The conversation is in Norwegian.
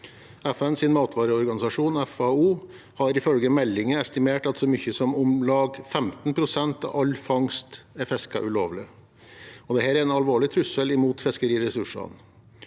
FNs matvareorganisasjon FAO har ifølge meldingen estimert at så mye som om lag 15 pst. av all fangst er fisket ulovlig, og dette er en alvorlig trussel mot fiskeriressursene.